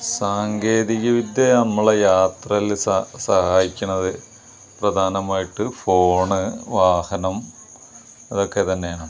സാങ്കേതിക വിദ്യ നമ്മളുടെ യാത്രയിൽ സ സഹായിക്കണത് പ്രധാനമായിട്ട് ഫോണ് വാഹനം അതൊക്കെ തന്നെയാണ്